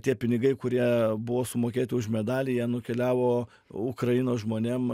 tie pinigai kurie buvo sumokėti už medalį jie nukeliavo ukrainos žmonėm